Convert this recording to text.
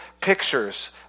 pictures